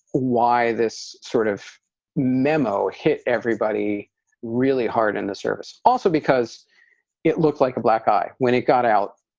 why this sort of memo hit everybody really hard in the service. also, because it looked like a black eye when it got out,